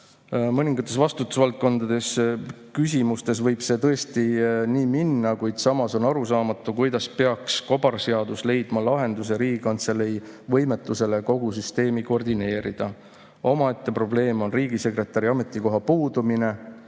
Mõningate vastutusvaldkondade küsimustes võib see tõesti nii minna, kuid samas on arusaamatu, kuidas peaks kobarseadus leidma lahenduse Riigikantselei võimetusele kogu süsteemi koordineerida. Omaette probleem on seaduseelnõu väljatöötamise